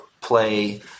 play